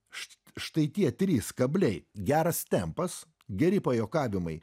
štai tie trys kabliai geras tempas geri pajuokavimai